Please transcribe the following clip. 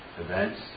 events